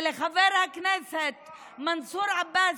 ולחבר הכנסת מנסור עבאס,